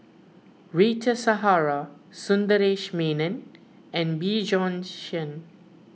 Rita Zahara Sundaresh Menon and Bjorn Shen